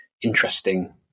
interesting